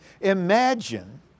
Imagine